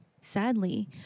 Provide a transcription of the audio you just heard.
sadly